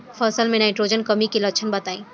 फसल में नाइट्रोजन कमी के लक्षण बताइ?